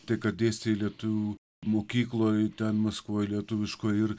tai kad dėstei lietuvių mokykloje ten maskvoj lietuviškoj ir